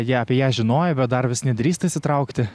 jie apie ją žinojo bet dar vis nedrįsta išsitraukti